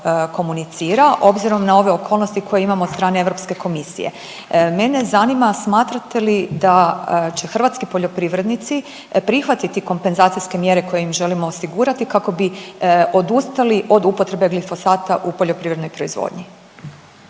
komunicira obzirom na ove okolnosti koje imamo od strane Europske komisije. Mene zanima smatrate li da će hrvatski poljoprivrednici prihvatiti kompenzacijske mjere kojim želimo osigurati kako bi odustali od upotrebe glifosata u poljoprivrednoj proizvodnji?